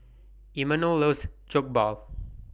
Imanol loves Jokbal